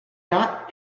not